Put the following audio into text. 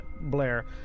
Blair